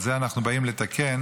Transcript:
את זה אנחנו באים לתקן,